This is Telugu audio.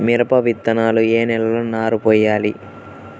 మిరప విత్తనాలు ఏ నెలలో నారు పోయాలి?